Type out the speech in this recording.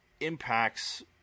impacts